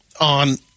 on